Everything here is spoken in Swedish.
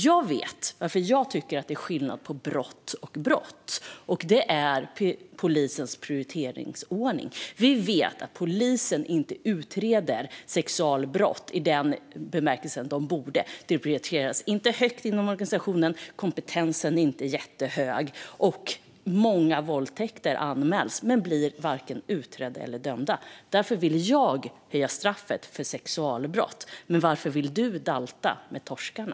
Jag vet varför jag tycker att det är skillnad på brott och brott. Det handlar om polisens prioriteringsordning. Vi vet att polisen inte utreder sexualbrott i den utsträckning de borde. Det prioriteras inte högt inom organisationen, och kompetensen är inte jättehög. Många våldtäkter anmäls men blir inte utredda, och ingen blir dömd. Därför vill jag skärpa straffet för sexualbrott. Men varför vill du dalta med torskarna?